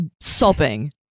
sobbing